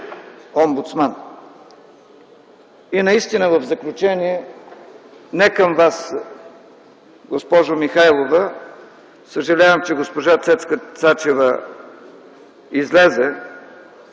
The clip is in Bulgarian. омбудсман. В заключение, не към Вас госпожо Михайлова, съжалявам, че госпожа Цецка Цачева излезе,